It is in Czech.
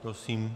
Prosím.